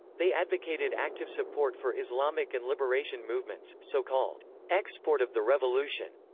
they advocated active support for islamic and liberation movements, so called export of the revolution,